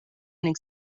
ning